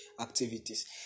activities